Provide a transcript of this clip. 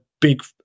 big